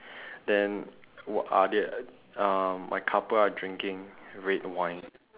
then what are they uh my couple are drinking red wine